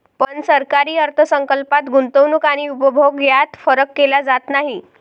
पण सरकारी अर्थ संकल्पात गुंतवणूक आणि उपभोग यात फरक केला जात नाही